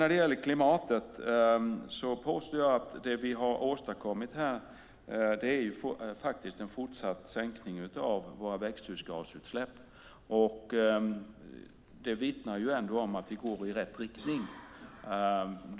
När det gäller klimatet påstår jag att det vi har åstadkommit här faktiskt är en fortsatt sänkning av våra växthusgasutsläpp, och det vittnar ändå om att vi går i rätt riktning.